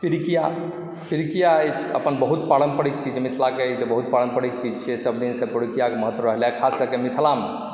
पीड़िकिया पीड़िकिया अछि अपन बहुत पारम्परिक चीज मिथिलाके बहुत पारम्परिक चीज छियैक सभ दिनसँ पिडुकियाके महत्व रहलैए खासकऽ मिथिलामे